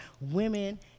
women